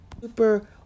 super